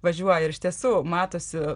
važiuoja ir iš tiesų matosi